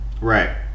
Right